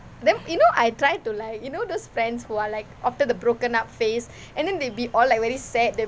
then you know I try to like you know those friends who are like after the broken up phase and then they'd be all like very sad